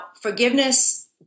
forgiveness